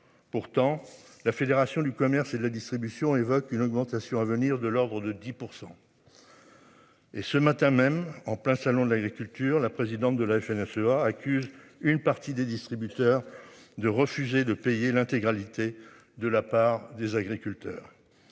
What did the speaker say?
Pourtant, la Fédération du commerce et de la distribution évoque une augmentation à venir de l'ordre de 10%. Et ce matin même en plein Salon de l'agriculture, la présidente de la FNSEA accuse une partie des distributeurs de refuser de payer l'intégralité de la part des agriculteurs.